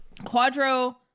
Quadro